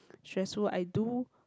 stressful I do